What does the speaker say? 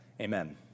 Amen